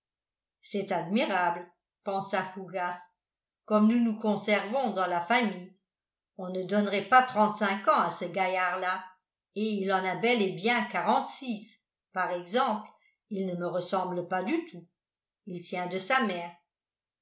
c'est admirable pensa fougas comme nous nous conservons dans la famille on ne donnerait pas trente-cinq ans à ce gaillard-là et il en a bel et bien quarante-six par exemple il ne me ressemble pas du tout il tient de sa mère